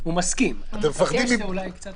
שאישר שר הבריאות,